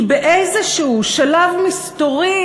כי באיזשהו שלב מסתורי,